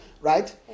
right